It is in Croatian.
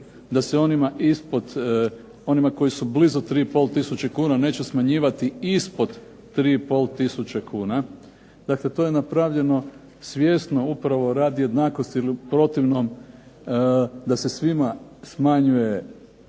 ispod, onima koji su blizu 3 i pol tisuće kuna neće smanjivati ispod 3 i pol tisuće kuna. Dakle, to je napravljeno svjesno upravo radi jednakosti, jer u protivnom da se svima smanjuje